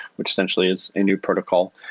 which essentially is a new protocol.